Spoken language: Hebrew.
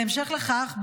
בהמשך לכך,